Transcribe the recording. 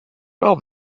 well